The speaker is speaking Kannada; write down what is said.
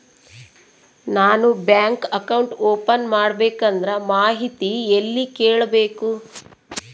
ನಾನು ಬ್ಯಾಂಕ್ ಅಕೌಂಟ್ ಓಪನ್ ಮಾಡಬೇಕಂದ್ರ ಮಾಹಿತಿ ಎಲ್ಲಿ ಕೇಳಬೇಕು?